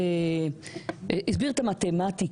העובדה שאפילו לא טרחתם להקים את הוועדה לביקורת המדינה,